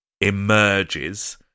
emerges